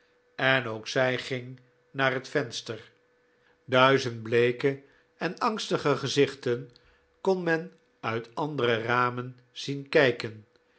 en ook zij ging naar het venster duizend bleeke en angstige gezichten kon men uit andere ramen zien kijken